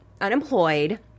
unemployed